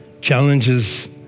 challenges